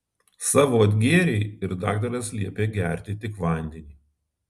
savo atgėrei ir daktaras liepė gerti tik vandenį